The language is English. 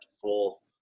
full